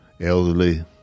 elderly